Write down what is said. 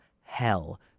hell